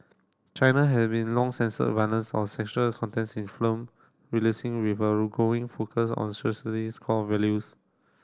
China has been long censored violence or sexual contents in film releasing with a growing focus on socialist core values